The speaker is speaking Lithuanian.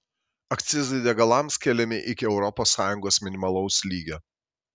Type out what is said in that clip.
akcizai degalams keliami iki europos sąjungos minimalaus lygio